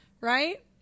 Right